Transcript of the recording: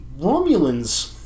Romulans